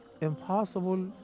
impossible